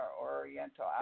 oriental